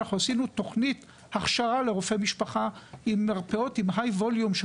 אנחנו עשינו תוכנית הכשרה לרופאי משפחה עם מרפאות עם high-volume של